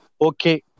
okay